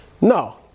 No